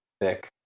thick